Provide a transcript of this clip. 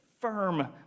firm